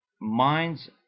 minds